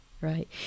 right